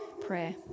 prayer